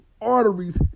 arteries